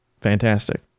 Fantastic